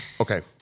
okay